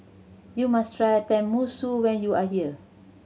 you must try Tenmusu when you are here